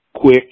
quick